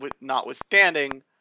notwithstanding